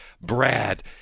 brad